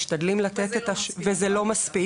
זה לא מספיק.